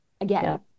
again